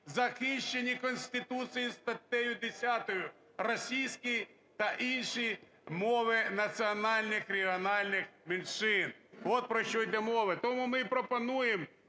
захищені Конституцією статтею 10 – російська та інші мови національних регіональних меншин. От про що йде мова. Тому ми й пропонуємо